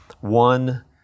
One